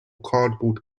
cardboard